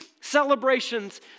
celebrations